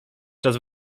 czas